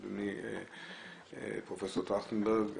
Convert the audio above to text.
אדוני פרופ' טרכטנברג.